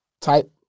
type